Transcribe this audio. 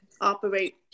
operate